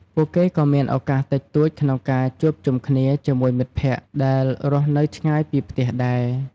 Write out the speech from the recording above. ពួកគេក៏មានឪកាសតិចតួចក្នុងការជួបជុំគ្នាជាមួយមិត្តភក្តិដែលរស់នៅឆ្ងាយពីផ្ទះដែរ។